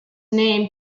name